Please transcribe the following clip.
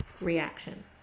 reaction